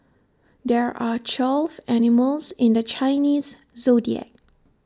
there are twelve animals in the Chinese Zodiac